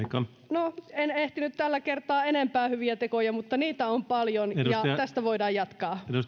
no en ehtinyt tällä kertaa enempää hyvistä teoista mutta niitä on paljon ja tästä voidaan jatkaa